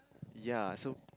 ya so